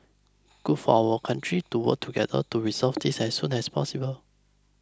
good for our country to work together to resolve this as soon as possible